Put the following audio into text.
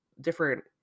different